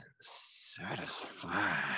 satisfied